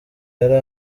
yari